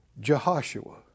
Jehoshua